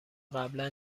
قبلا